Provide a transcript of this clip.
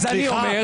אז אני אומר,